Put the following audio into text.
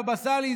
הבבא סאלי,